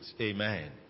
Amen